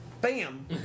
bam